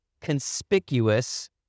conspicuous